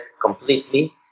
completely